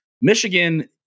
Michigan